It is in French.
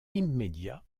immédiat